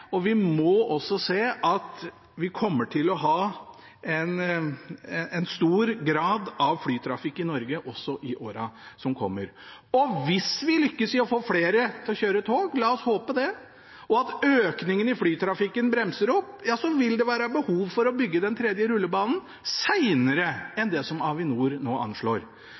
og vi må også se at vi kommer til å ha en stor grad av flytrafikk i Norge også i årene som kommer. Og hvis vi lykkes i å få flere til å kjøre tog – la oss håpe det – og at økningen i flytrafikken bremser opp, ja, så vil det være behov for å bygge den tredje rullebanen senere enn det som Avinor nå anslår.